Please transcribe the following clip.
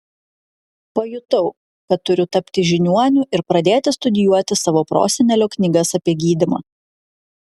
pajutau kad turiu tapti žiniuoniu ir pradėti studijuoti savo prosenelio knygas apie gydymą